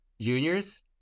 juniors